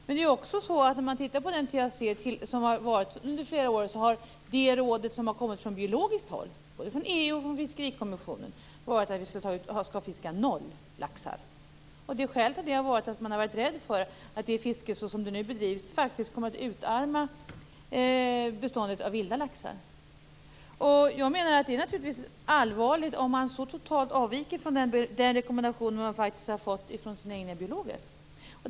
Men när man tittar på den TAC som har varit under flera år är det råd som har kommit från biologiskt håll, både från EU och från Fiskerikommissionen, varit att vi skall fiska noll laxar. Skälet till det har varit att man har varit rädd för att det fiske som nu bedrivs faktiskt kommer att utarma beståndet av vilda laxar. Det är givetvis allvarligt om man så totalt avviker från den rekommendation som man har fått från sina egna biologer.